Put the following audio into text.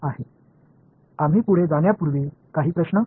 நாம் முன்னேறுவதற்கு முன் ஏதேனும் கேள்விகள் உள்ளதா